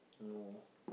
no